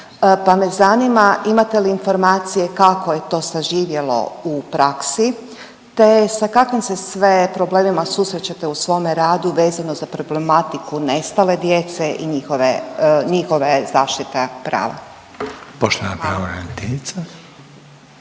pa me zanima imate li informacije kako je to saživjelo u praksi, te sa kakvim se sve problemima susrećete u svome radu vezano za problematiku nestale djece i njihove, njihove zaštita prava?